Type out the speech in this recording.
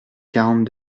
quarante